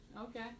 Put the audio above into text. Okay